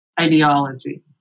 ideology